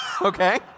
Okay